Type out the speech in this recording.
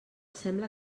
sembla